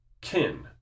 kin